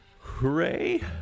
hooray